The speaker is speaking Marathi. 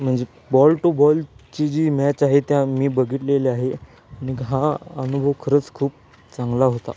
म्हणजे बॉल टू बॉलची जी मॅच आहे त्या मी बघितलेल्या आहे आणि हा अनुभव खरंच खूप चांगला होता